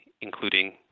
including